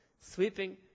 sweeping